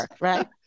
Right